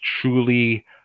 truly